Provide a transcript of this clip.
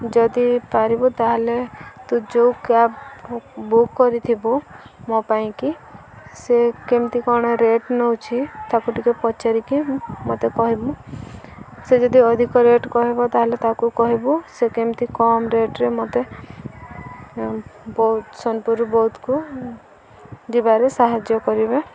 ଯଦି ପାରିବୁ ତା'ହେଲେ ତୁ ଯେଉଁ କ୍ୟାବ୍ ବୁକ୍ କରିଥିବୁ ମୋ ପାଇଁକି ସେ କେମିତି କ'ଣ ରେଟ୍ ନଉଛି ତାକୁ ଟିକେ ପଚାରିକି ମୋତେ କହିବୁ ସେ ଯଦି ଅଧିକ ରେଟ୍ କହିବ ତା'ହେଲେ ତାକୁ କହିବୁ ସେ କେମିତି କମ୍ ରେଟ୍ରେ ମୋତେ ବୌଦ୍ଧ ସୋନପୁର ବୌଦ୍ଧକୁ ଯିବାରେ ସାହାଯ୍ୟ କରିବେ